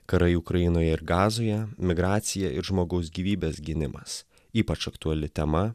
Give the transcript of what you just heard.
karai ukrainoje ir gazoje migracija žmogaus gyvybės gynimas ypač aktuali tema